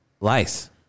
Lice